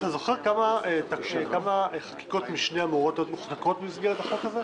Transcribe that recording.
אתה זוכר עוד כמה חקיקות משנה אמורות להיות במסגרת החוק הזה?